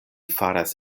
faras